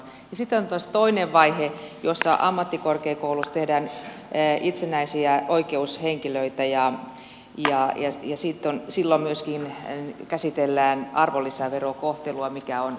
sitten on taas toinen vaihe jossa ammattikorkeakouluista tehdään itsenäisiä oikeushenkilöitä ja silloin myöskin käsitellään arvonlisäverokohtelua mikä on puhuttanut kenttää